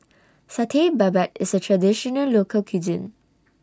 Satay Babat IS A Traditional Local Cuisine